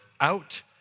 out